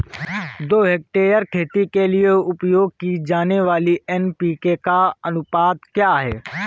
दो हेक्टेयर खेती के लिए उपयोग की जाने वाली एन.पी.के का अनुपात क्या है?